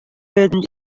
wurden